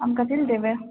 हम कथि लऽ देबै